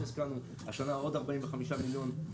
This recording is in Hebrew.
והשנה עוד 45 מיליון.